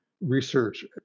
Research